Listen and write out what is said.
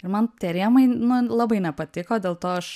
ir man tie rėmai nu labai nepatiko dėl to aš